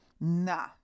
Nah